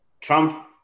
Trump